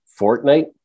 Fortnite